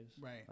Right